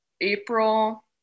April